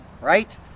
right